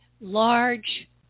large